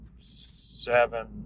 seven